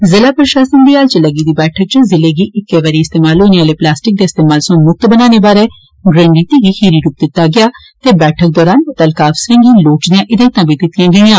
ज़िला प्रशासन दी हाल इच लग्गी दी बैठक इच ज़िले गी इक्कै बारी इस्तेमाल होने आले प्लास्टिक दे इस्तेमाल सोयां मुक्त बनाने बारै रणनीति गी खीरी रूप दित्ता गेआ ते बैठक दौरान मुत्तलका अफसरें गी लोड़चदियां हिदायतां बी दित्तियां गेईयां